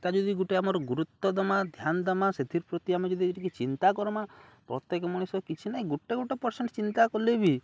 ତା ଯଦି ଗୋଟେ ଆମର ଗୁରୁତ୍ୱ ଦମା ଧ୍ୟାନ ଦେମା ସେଥିର୍ ପ୍ରତି ଆମେ ଯଦି ଟିକେ ଚିନ୍ତା କରମା ପ୍ରତ୍ୟେକ ମଣିଷ କିଛି ନାାଇଁ ଗୋଟେ ଗୋଟେ ପରସେଣ୍ଟ ଚିନ୍ତା କଲେ ବି